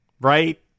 right